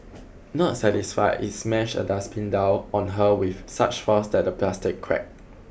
not satisfied he smashed a dustbin down on her with such force that the plastic cracked